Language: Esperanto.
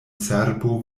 cerbo